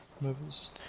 movies